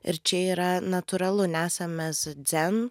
ir čia yra natūralu nesam mes dzen